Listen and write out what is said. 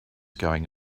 going